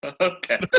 Okay